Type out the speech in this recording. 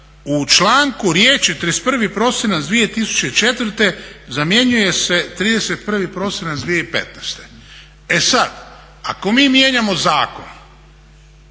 u članku riječi 31. prosinac 2004. zamjenjuje se 31. prosinac 2015. E sad, ako mi mijenjamo zakon